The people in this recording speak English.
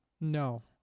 No